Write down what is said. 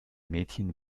mädchen